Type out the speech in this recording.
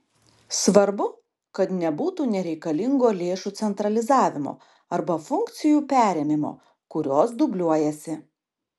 svarbu kad nebūtų nereikalingo lėšų centralizavimo arba funkcijų perėmimo kurios dubliuojasi